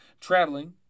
traveling